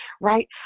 right